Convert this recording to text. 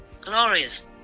glorious